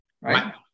right